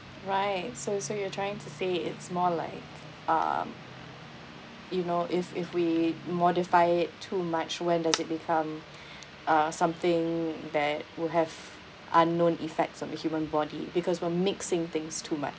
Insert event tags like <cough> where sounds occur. right so so you're trying to say it's more like um you know if if we modify it too much when does it become <breath> uh something that will have unknown effects on the human body because we're mixing things too much